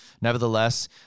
Nevertheless